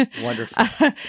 Wonderful